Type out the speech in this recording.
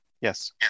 Yes